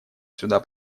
сюда